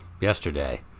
yesterday